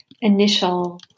initial